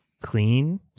clean